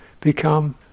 become